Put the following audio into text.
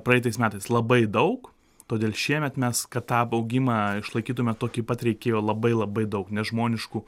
praeitais metais labai daug todėl šiemet mes kad tą augimą išlaikytume tokį pat reikėjo labai labai daug nežmoniškų